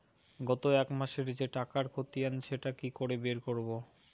গত এক মাসের যে টাকার খতিয়ান সেটা কি করে বের করব?